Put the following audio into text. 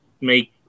make